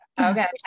okay